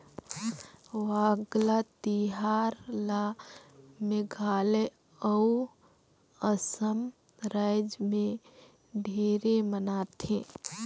वांगला तिहार ल मेघालय अउ असम रायज मे ढेरे मनाथे